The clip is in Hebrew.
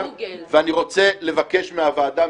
ואני רוצה לבקש מהוועדה,